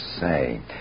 say